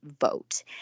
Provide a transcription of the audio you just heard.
vote